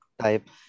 type